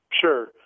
Sure